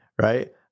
Right